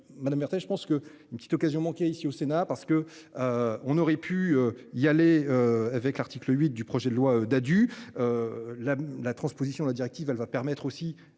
madame Bertrand, je pense que une petite occasion manquée ici au Sénat parce que. On aurait pu y aller avec l'article 8 du projet de loi Dadu. La la transposition de la directive, elle va permettre aussi